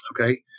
okay